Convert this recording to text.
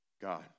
God